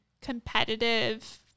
competitive